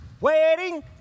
waiting